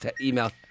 email